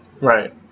Right